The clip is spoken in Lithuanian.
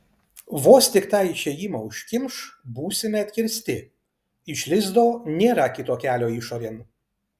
vos tik tą išėjimą užkimš būsime atkirsti iš lizdo nėra kito kelio išorėn